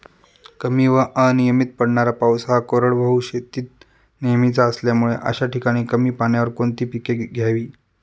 कमी व अनियमित पडणारा पाऊस हा कोरडवाहू शेतीत नेहमीचा असल्यामुळे अशा ठिकाणी कमी पाण्यावर कोणती पिके घ्यावी?